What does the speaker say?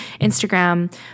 Instagram